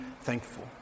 thankful